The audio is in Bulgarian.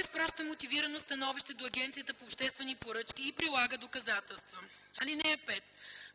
изпраща мотивирано становище до Агенцията по обществени поръчки и прилага доказателства. (5)